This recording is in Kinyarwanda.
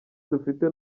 dufite